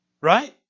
right